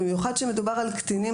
במיוחד כשמדובר על קטינים,